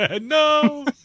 no